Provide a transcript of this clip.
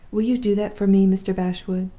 will you do that for me, mr. bashwood